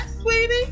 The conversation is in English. sweetie